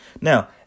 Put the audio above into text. Now